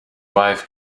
wife